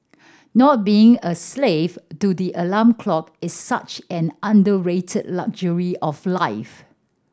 not being a slave to the alarm clock is such an underrated luxury of life